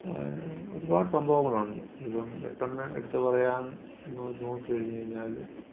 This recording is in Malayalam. പറയാൻ ഒരുപാട് സംഭവങ്ങൾ ഉണ്ട് ഇതിപ്പം പെട്ടെന്ന് എടുത്തു പറയാൻ നോക്കിക്കഴിഞ്ഞു കഴിഞ്ഞാൽ